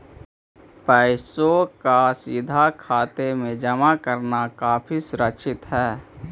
पैसों का सीधा खाते में जमा करना काफी सुरक्षित हई